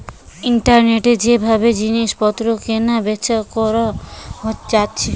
ইন্টারনেটে যে ভাবে জিনিস পত্র কেনা বেচা কোরা যাচ্ছে